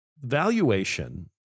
valuation